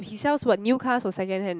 he sells what new cars or second hand